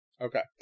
Okay